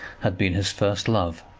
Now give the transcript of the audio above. had been his first love.